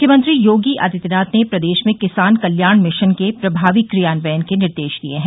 मुख्यमंत्री योगी आदित्यनाथ ने प्रदेश में किसान कल्याण मिशन के प्रभावी क्रियान्वयन के निर्देश दिए हैं